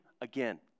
again